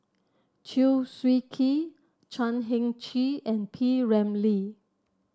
Chew Swee Kee Chan Heng Chee and P Ramlee